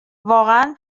واقعا